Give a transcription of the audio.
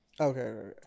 Okay